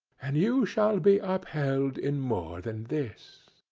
and you shall be upheld in more than this!